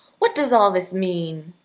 what does all this mean?